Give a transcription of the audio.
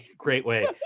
great way.